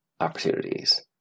opportunities